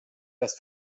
das